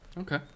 Okay